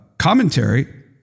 commentary